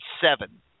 seven